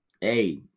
hey